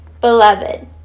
Beloved